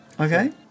Okay